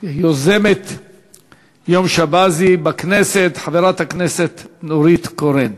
יוזמת יום שבזי בכנסת, חברת הכנסת נורית קורן.